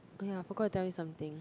oh ya forgot to tell you something